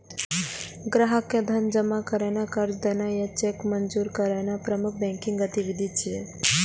ग्राहक के धन जमा करनाय, कर्ज देनाय आ चेक मंजूर करनाय प्रमुख बैंकिंग गतिविधि छियै